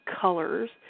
colors